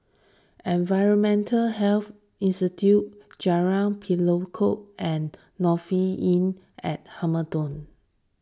Environmental Health Institute Jalan Pelatok and Lofi Inn at Hamilton